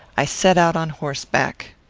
i set out on horseback.